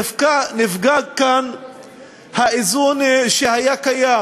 נפגע כאן האיזון שהיה קיים